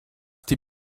die